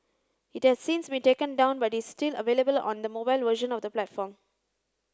it has since been taken down but it's still available on the mobile version of the platform